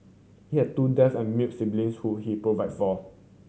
he has two deaf and mute siblings who he provide for